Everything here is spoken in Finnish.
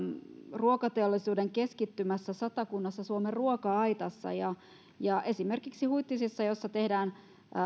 ruokateollisuuden keskittymässä satakunnassa suomen ruoka aitassa esimerkiksi huittisissa jossa tehdään